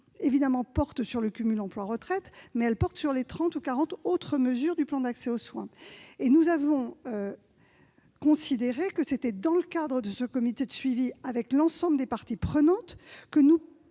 évidemment sur le cumul emploi-retraite, mais aussi sur ces trente ou quarante autres mesures du plan d'accès aux soins. Nous avons considéré que c'était dans le cadre de ce comité de suivi, avec l'ensemble des parties prenantes,